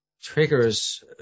triggers